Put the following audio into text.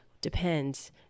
depends